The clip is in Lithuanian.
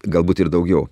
galbūt ir daugiau